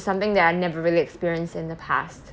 something that I never really experienced in the past